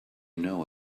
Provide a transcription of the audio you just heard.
know